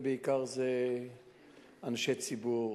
וזה בעיקר אנשי ציבור,